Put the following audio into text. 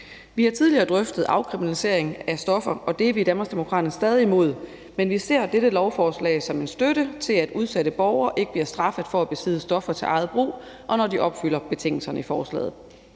Vi har tidligere drøftet afkriminalisering af stoffer, og det er vi i Danmarksdemokraterne stadig imod, men vi ser dette lovforslag som en støtte til, at udsatte borgere ikke bliver straffet for at besidde stoffer til eget brug, og når de opfylder betingelserne i forslaget.